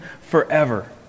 forever